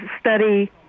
study